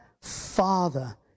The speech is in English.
Father